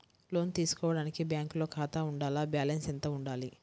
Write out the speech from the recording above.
లోను తీసుకోవడానికి బ్యాంకులో ఖాతా ఉండాల? బాలన్స్ ఎంత వుండాలి?